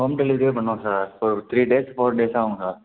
home டெலிவரியே பண்ணுவோம் sir four three days four days ஆவும் சார்